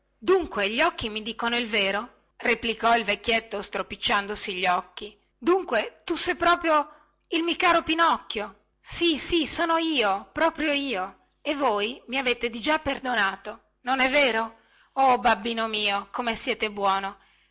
dunque gli occhi mi dicono il vero replicò il vecchietto stropicciandosi gli occhi dunque tu sé proprio il mi caro pinocchio sì sì sono io proprio io e voi mi avete digià perdonato non è vero oh babbino mio come siete buono